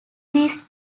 these